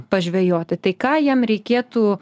pažvejoti tai ką jam reikėtų